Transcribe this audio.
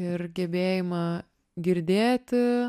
ir gebėjimą girdėti